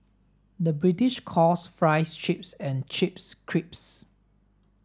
the British calls fries chips and chips crisps